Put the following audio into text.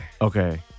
Okay